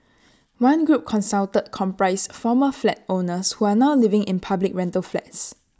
one group consulted comprised former flat owners who are now living in public rental flats